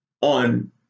on